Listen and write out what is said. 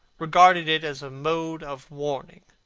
regarded it as a mode of warning,